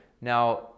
Now